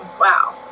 wow